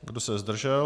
Kdo se zdržel?